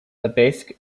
lebesgue